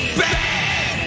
bad